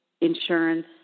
insurance